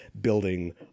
building